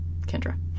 Kendra